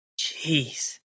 Jeez